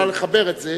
את יכולה לחבר את זה,